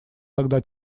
тогда